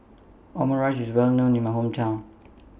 Omurice IS Well known in My Hometown